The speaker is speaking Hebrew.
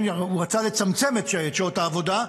הוא רצה לצמצם את שעות העבודה,